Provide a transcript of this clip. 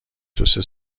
توسه